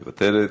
מוותרת.